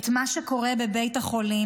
את מה שקורה בבית החולים,